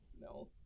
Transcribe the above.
No